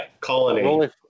Colony